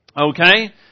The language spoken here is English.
Okay